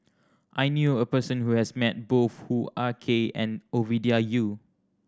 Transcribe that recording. I knew a person who has met both Hoo Ah Kay and Ovidia Yu